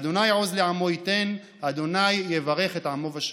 "ה' עֹז לעמו יִתן, ה' יברך את עמו בשלום".